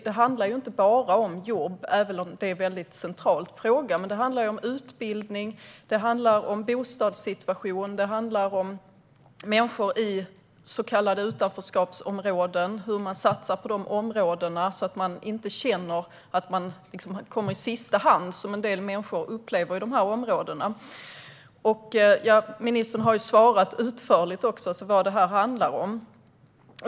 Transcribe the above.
Det handlar inte bara om jobb, även om det är en mycket central fråga, utan det handlar också om utbildning, om bostadssituation, om människor i så kallade utanförskapsområden och om hur man satsar på de områdena så att människorna där inte upplever att de kommer i sista hand, vilket en del upplever att de gör. Ministern har ju svarat utförligt på vad det här handlar om.